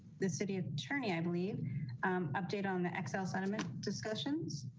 the city attorney. i believe update on the xl sentiment discussions.